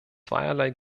zweierlei